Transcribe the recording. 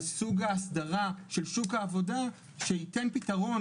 סוג ההסדרה של שוק העבודה שייתן פתרון,